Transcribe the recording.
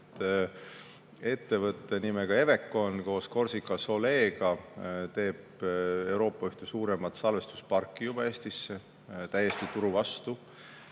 Ettevõte nimega Evecon koos Corsica Solega teeb juba Euroopa ühte suuremat salvestusparki Eestisse, täiesti turu vastu.